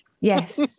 Yes